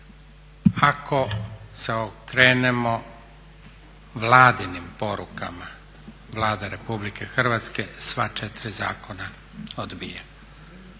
Ako se okrenemo vladinim porukama, Vlada Republike Hrvatske sva četiri zakona odbija.